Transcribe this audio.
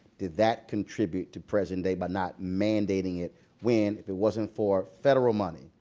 did that contribute to present day by not mandating it when if it wasn't for federal money,